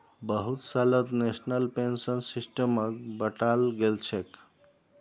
बहुत सालत national pension सिस्टमक बंटाल गेलछेक